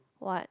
what